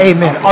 Amen